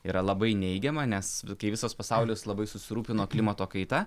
yra labai neigiama nes kai visos pasaulis labai susirūpino klimato kaita